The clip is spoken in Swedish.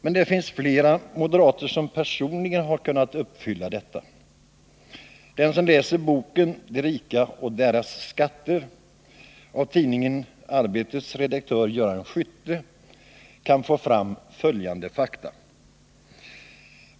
Men det finns flera moderater som personligen har kunnat uppfylla dessa löften. Den som läser boken ”De rika och deras skatter” av tidningen Arbetets redaktör Göran Skytte kan få fram vissa fakta.